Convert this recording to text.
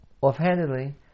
offhandedly